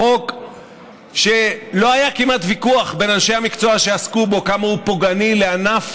חוק שלא היה כמעט ויכוח בין אנשי המקצוע שעסקו בו כמה הוא פוגעני לענף